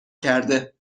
کرده